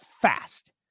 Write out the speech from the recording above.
fast